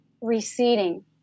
receding